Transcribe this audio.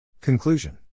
Conclusion